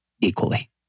equally